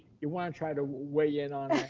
you want to try to weigh in on